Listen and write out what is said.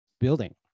building